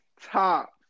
top